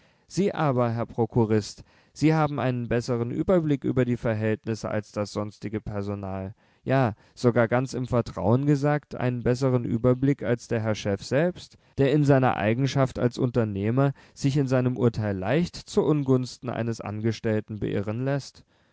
sie aber herr prokurist sie haben eine besseren überblick über die verhältnisse als das sonstige personal ja sogar ganz im vertrauen gesagt einen besseren überblick als der herr chef selbst der in seiner eigenschaft als unternehmer sich in seinem urteil leicht zuungunsten eines angestellten beirren läßt